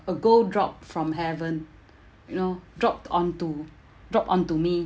a gold dropped from heaven you know dropped onto dropped onto me